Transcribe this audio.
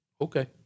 Okay